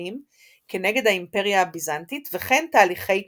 השומרונים כנגד האימפריה הביזנטית וכן תהליכי התנצרות.